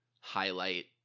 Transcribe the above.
highlight